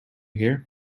hear